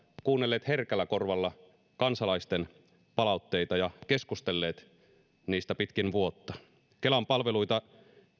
kuunnelleet herkällä korvalla kansalaisten palautteita ja keskustelleet niistä pitkin vuotta kelan palveluita